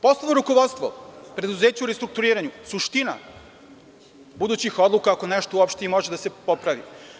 Poslovno rukovodstvo preduzeća u restrukturiranju su suština budućih odluka, ako nešto uopšte i može da se popravi.